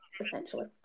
essentially